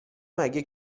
مگه